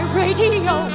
radio